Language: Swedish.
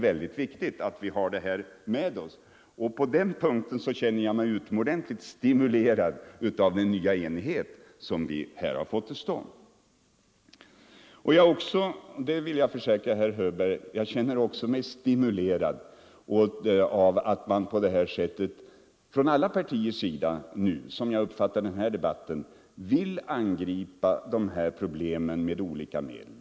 Jag känner mig utomordentligt stimulerad av den nya enighet som vi därvidlag har fått till stånd. Jag vill försäkra herr Hörberg att jag också känner mig stimulerad av att alla partier, såsom jag uppfattar den här debatten, nu vill angripa problemen med alla medel.